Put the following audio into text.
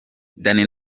danny